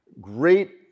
great